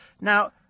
Now